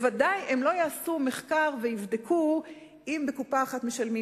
הם ודאי הם לא יעשו מחקר ויבדקו אם בקופה אחת משלמים